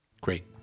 Great